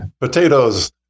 potatoes